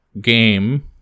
game